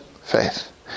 faith